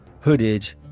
hooded